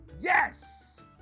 Yes